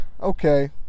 okay